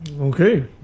Okay